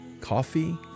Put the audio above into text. Coffee